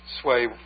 sway